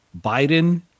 Biden